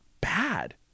bad